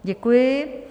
Děkuji.